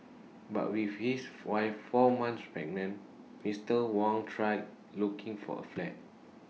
but with his wife four months pregnant Mister Wang tried looking for A flat